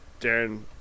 Darren